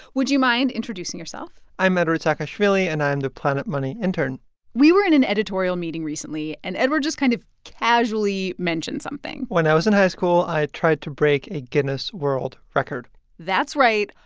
would you mind introducing yourself? i'm eduard saakashvili, and i'm the planet money intern we were in an editorial meeting recently, and eduard just kind of casually mentioned something when i was in high school, i tried to break a guinness world record that's right.